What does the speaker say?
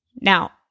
Now